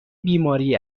بیماری